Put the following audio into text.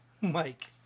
mike